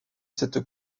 cette